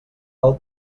del